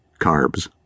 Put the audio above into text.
carbs